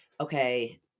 okay